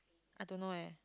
I don't know eh